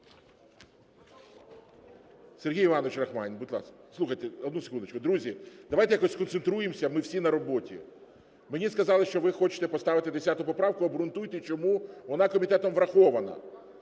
Сергій Іванович Рахманін, будь ласка. Слухайте, одну секундочку, друзі, давайте якось сконцентруємося, ми всі на роботі. Мені сказали, що ви хочете поставити 10 поправку, обґрунтуйте чому, вона комітетом врахована.